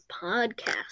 podcast